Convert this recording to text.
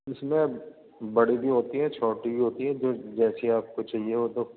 اس میں بڑی بھی ہوتی ہیں چھوٹی بھی ہوتی ہیں جو جیسی آپ کو چاہیے ہو تو